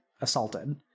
assaulted